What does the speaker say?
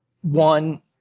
One